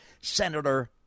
Senator